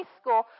school